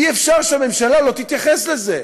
ואי-אפשר שהממשלה לא תתייחס לזה.